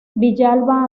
villalba